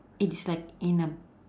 it's like in a